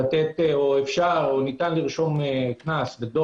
לתת או ניתן לרשום דוח